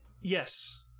yes